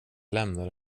lämnade